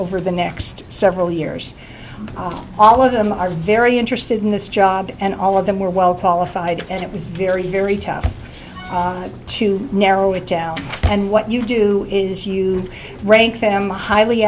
over the next several years all of them are very interested in this job and all of them were well qualified and it was very very tough to narrow it down and what you do is you rank them highly